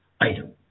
item